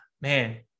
man